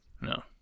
No